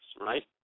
right